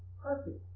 perfect